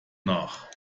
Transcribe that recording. nach